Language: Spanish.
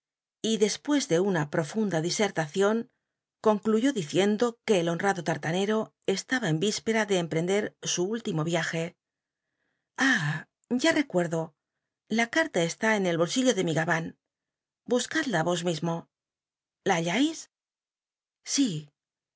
y dcspucs de una profunda discrtacion concluyó diciendo que el honrado tarta nero estaba en y ispcra de emprender su últim o viaje ah ya rccucrdo la cart a cst i en el bolsillo de mi gahan buscadla os mismo i a hallais si